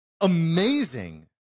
Amazing